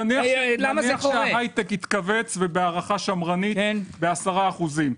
נניח שההייטק יתכווץ ובהערכה שמרנית בעשרה אחוזים.